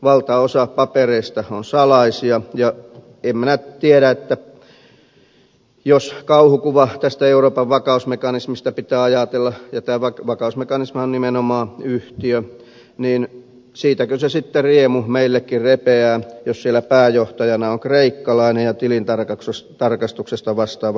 valtaosa papereista on salaisia ja en minä tiedä jos kauhukuva tästä euroopan vakausmekanismista pitää ajatella ja tämä vakausmekanismihan on nimenomaan yhtiö siitäkö se sitten riemu meillekin repeää jos siellä pääjohtajana on kreikkalainen ja tilintarkastuksesta vastaavat italialaiset